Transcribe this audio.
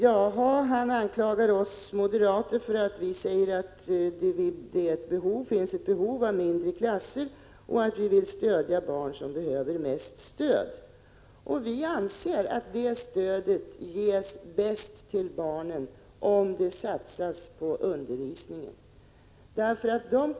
Larz Johansson anklagar oss moderater för att vi hävdar att det finns ett behov av mindre klasser och att vi vill stödja de barn som behöver mest stöd. Vi anser att det stödet ges bäst till barnen om det satsas på undervisningen.